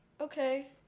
Okay